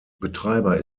betreiber